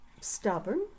stubborn